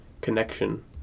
connection